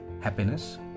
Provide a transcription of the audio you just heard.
happiness